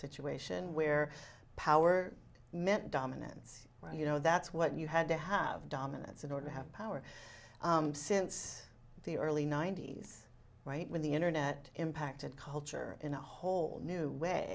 situation where power meant dominance or you know that's what you had to have dominance in order to have power since the early ninety's right when the internet impacted culture in a whole new way